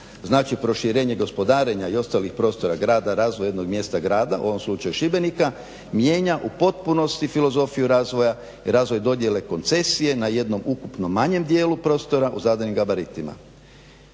znači proširenje gospodarenja i ostalih prostora grada razvoja jednog mjesta grada u ovom slučaju Šibenika mijenja u potpunosti filozofiju razvoja i razvoj dodjele koncesije na jedno ukupnom manjem dijelu prostora u zadanim gabaritima.